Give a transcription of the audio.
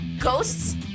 Ghosts